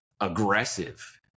aggressive